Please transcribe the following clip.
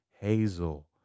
hazel